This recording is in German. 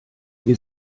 wir